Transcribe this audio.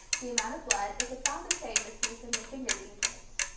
the amount of blood is about the same received from your finger being pricked.